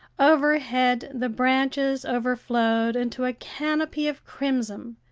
overhead the branches overflowed into a canopy of crimson,